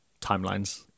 timelines